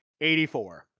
84